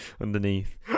underneath